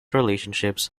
relationships